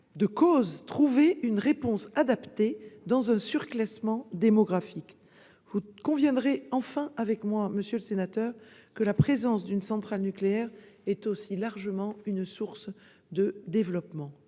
de cause trouver une réponse adaptée dans un surclassement démographique. Vous conviendrez enfin avec moi, monsieur le sénateur, que la présence d'une centrale nucléaire est aussi une source de développement.